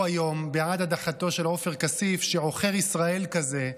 היום בעד הדחתו של עופר כסיף שעוכר ישראל כזה,